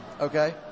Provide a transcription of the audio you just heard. Okay